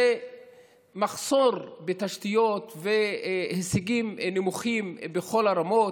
ועל מחסור בתשתיות והישגים נמוכים בכל הרמות,